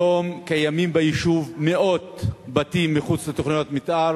היום קיימים ביישוב מאות בתים מחוץ לתוכניות מיתאר,